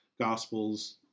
gospels